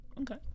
Okay